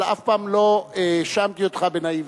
אבל אף פעם לא האשמתי אותך בנאיביות.